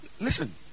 listen